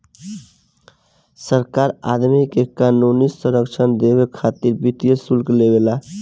सरकार आदमी के क़ानूनी संरक्षण देबे खातिर वित्तीय शुल्क लेवे ला